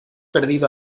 perdido